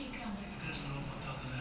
the !huh! what